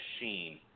machine